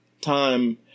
time